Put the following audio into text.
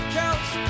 counts